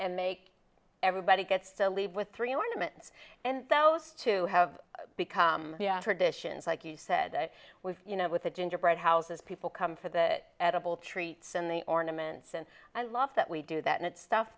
and make everybody gets to leave with three ornaments and those two have become traditions like you said it was you know with a gingerbread house as people come for that edible treats in the ornaments and i love that we do that and it's stuff